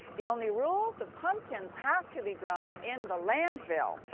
the only rule the pumpkins have to be grown in the landfill.